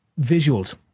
visuals